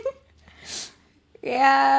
yeah